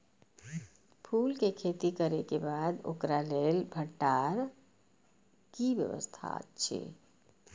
फूल के खेती करे के बाद ओकरा लेल भण्डार क कि व्यवस्था अछि?